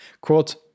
Quote